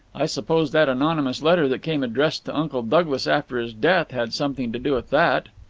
i suppose that anonymous letter that came addressed to uncle douglas after his death had something to do with that.